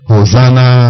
Hosanna